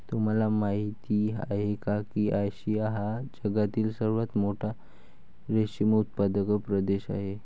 तुम्हाला माहिती आहे का की आशिया हा जगातील सर्वात मोठा रेशीम उत्पादक प्रदेश आहे